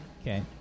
Okay